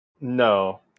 No